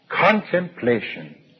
contemplation